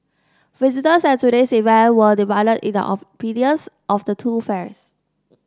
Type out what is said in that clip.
visitors at today's event were divided in their opinions of the two fairs